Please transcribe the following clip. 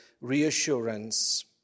reassurance